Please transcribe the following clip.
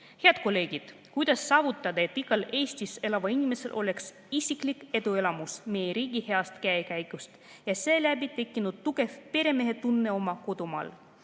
kolleegid! Kuidas saavutada, et igal Eestis elaval inimesel oleks isiklik eduelamus meie riigi heast käekäigust ja seeläbi tekkinud tugev peremehetunne oma kodumaal,